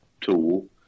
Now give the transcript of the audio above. tool